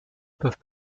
peuvent